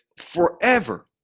forever